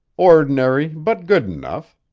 ordinary, but good enough.